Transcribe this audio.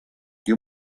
you